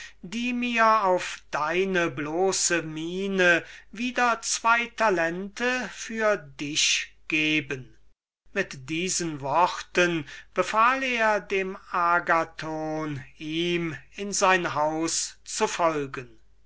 die mir auf deine bloße miene hin wieder zwei talente für dich geben und mit diesen worten befahl er dem agathon ihm in sein haus zu folgen